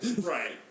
Right